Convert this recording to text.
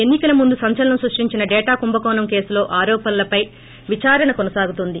ఎన్సి కల ముందు సంచలనం సృష్టించిన డేటా కుంభకోణం కేసులో ఆరోపణలపై విచారణ కొనసాగుతోంది